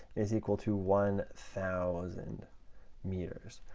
is equal to one thousand meters.